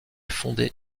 fonder